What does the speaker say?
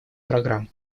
программ